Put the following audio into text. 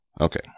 Okay